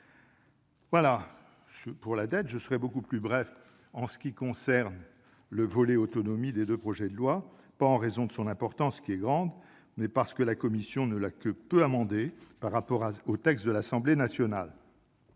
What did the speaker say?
dix ans. Je serai beaucoup plus bref pour ce qui concerne le volet « autonomie » des deux textes, non du fait de son importance, qui est grande, mais parce que la commission ne l'a que peu amendé par rapport au texte de l'Assemblée nationale.